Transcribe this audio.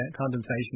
condensation